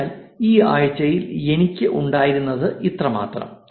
അതിനാൽ ഈ ആഴ്ചയിൽ എനിക്ക് ഉണ്ടായിരുന്നത് ഇത്രമാത്രം